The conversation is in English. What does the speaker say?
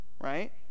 right